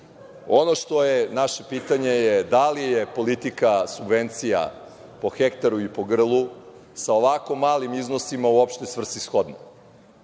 što je naše pitanje je da li je politika subvencija po hektaru i po grlu sa ovako malim iznosima uopšte svrsishodna